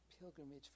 pilgrimage